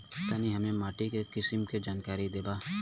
तनि हमें माटी के किसीम के जानकारी देबा?